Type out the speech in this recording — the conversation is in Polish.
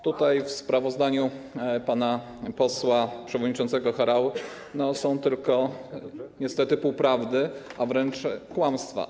Tutaj w sprawozdaniu pana posła przewodniczącego Horały są tylko niestety półprawdy, a wręcz kłamstwa.